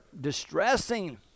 distressing